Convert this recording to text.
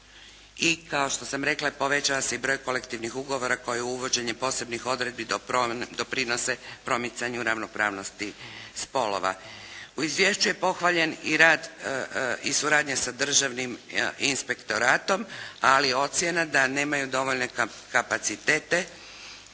i kao što sam rekla povećava se i broj kolektivnih ugovora koji uvođenjem posebnih odredbi doprinose promicanju ravnopravnosti spolova. U izvješću je pohvaljen i rad i suradnja sa Državnim inspektoratom, ali ocjena da nemaju dovoljne kapacitete